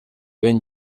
ben